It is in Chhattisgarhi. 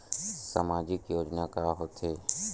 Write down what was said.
सामाजिक योजना का होथे?